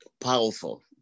Powerful